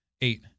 Eight